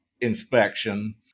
inspection